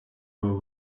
were